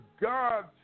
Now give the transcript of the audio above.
God